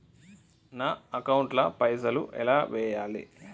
నా అకౌంట్ ల పైసల్ ఎలా వేయాలి?